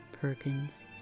Perkins